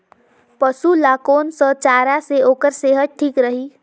पशु ला कोन स चारा से ओकर सेहत ठीक रही?